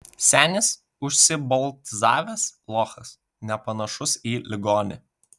senis užsiboltizavęs lochas nepanašus į ligonį